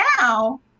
now